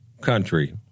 country